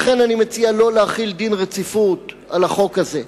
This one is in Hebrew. ולכן אני מציע שלא להחיל דין רציפות על החוק הזה,